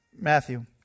Matthew